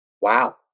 Wow